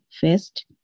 first